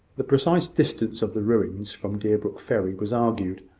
the precise distance of the ruins from deerbrook ferry was argued,